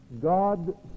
God